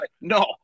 No